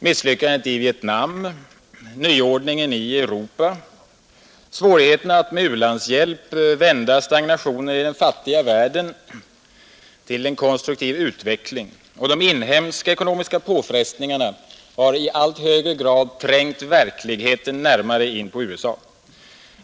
Misslyckandet i Vietnam, nyordningen i Europa, svårigheterna att med u-landshjälp vända stagnationen i den fattiga världen till en konstruktiv utveckling och de inhemska ekonomiska påfrestningarna har i allt högre grad trängt verkligheten närmare in på USA.